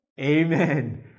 Amen